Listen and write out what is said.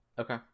Okay